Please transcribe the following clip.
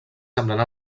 semblant